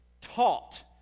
taught